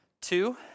Two